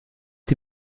die